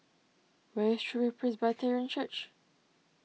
where is True Way Presbyterian Church